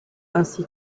ainsi